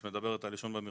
את מדברת על עישון במרפסות?